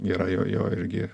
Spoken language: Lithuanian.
yra jo jo irgi